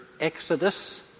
Exodus